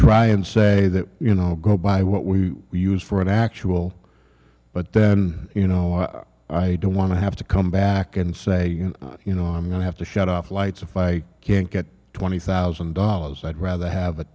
try and say that you know go by what we use for an actual but then you know i don't want to have to come back and say you know i'm going to have to shut off lights if i can't get twenty thousand dollars i'd rather have